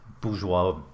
bourgeois